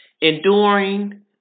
enduring